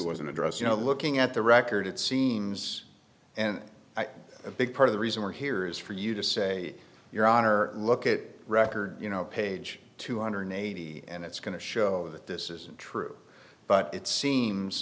an address you know looking at the record it seems and i think a big part of the reason we're here is for you to say your honor look at record you know page two hundred eighty and it's going to show that this isn't true but it seems